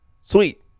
Sweet